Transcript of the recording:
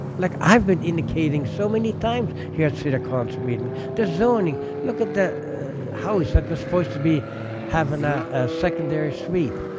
like i've been indicating so many times here at city council meetings, the zoning, look at the house that was forced to be having a secondary suite,